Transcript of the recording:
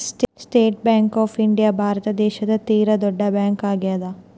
state Bank of India ಭಾರತ ದೇಶದ ತೀರ ದೊಡ್ಡ ಬ್ಯಾಂಕ್ ಆಗ್ಯಾದ